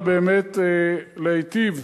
אלא באמת להיטיב